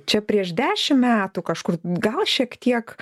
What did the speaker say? čia prieš dešimt metų kažkur gal šiek tiek